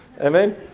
Amen